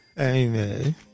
Amen